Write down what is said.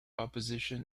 opposition